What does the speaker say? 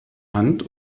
hand